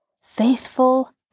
Faithful